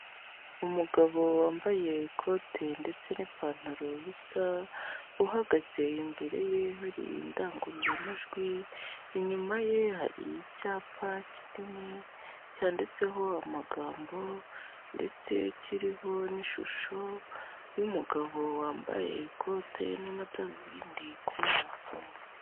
Umugabo wambaye ikote ndetse n'ipantaro bisa, uhagaze imbere ye, hari indangururamajwi, inyuma ye hari icyapa kinini cyanditseho amagambo, ndetse kiriho n'ishusho y'umugabo wambaye ikote, n'amadarubindi ku maso.